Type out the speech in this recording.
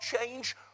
change